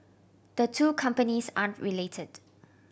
the two companies aren't related